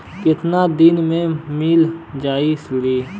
कितना दिन में मील जाई ऋण?